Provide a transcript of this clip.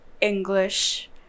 English